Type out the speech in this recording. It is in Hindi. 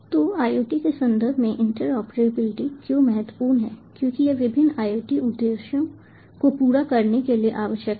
तो IoT के संदर्भ में इंटरऑपरेबिलिटी क्यों महत्वपूर्ण है क्योंकि यह विभिन्न IoT उद्देश्यों को पूरा करने के लिए आवश्यक है